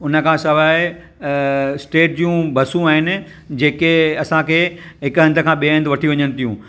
उनखां सवाइ स्टेट जूं बसूं आहिनि जेके असांखे हिक हंध खां ॿिए हंधु वठी वञनि थियूं